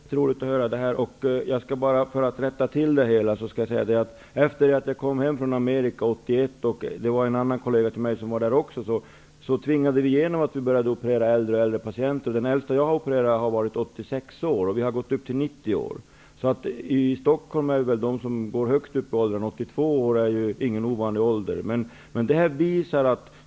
Herr talman! Det var roligt att höra detta. Jag vill bara komplettera med att nämna att efter det att jag och en kollege hade varit i USA år 1981 tvingade vi igenom att även äldre patienter skulle opereras. Den äldste som jag har opererat var 86 år gammal, och vi har opererat patienter i upp till 90 års ålder. Den ort där man i övrigt går högst upp i åldrarna är Stockholm, där 82 år inte är någon ovanlig ålder på en operationspatient.